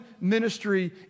ministry